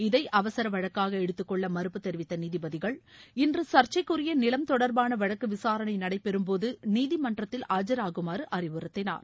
இதை அவசர வழக்காக எடுத்துக்கொள்ள மறுப்பு தெரிவித்த நீதிபதிகள் இன்று சர்சைக்குரிய நிலம் தொடர்பான வழக்கு விசாரணை நடைபெறும் போது நீதிமன்றத்தில் ஆஜாகுமாறு அறிவுறுத்தினர்